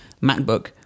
MacBook